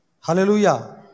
Hallelujah